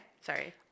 Sorry